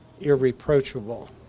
irreproachable